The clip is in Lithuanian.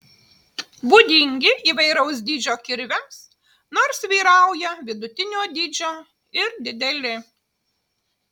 būdingi įvairaus dydžio kirviams nors vyrauja vidutinio dydžio ir dideli